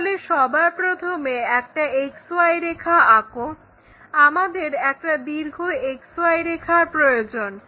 তাহলে সবার প্রথমে একটা XY রেখা আঁকো আমাদের একটা দীর্ঘ XY রেখার প্রয়োজন